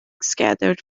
scattered